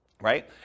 Right